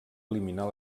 eliminar